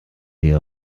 wir